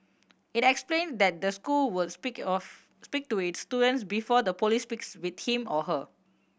it explained that the school would speak of speak to its student before the police speaks with him or her